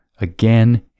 again